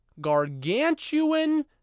gargantuan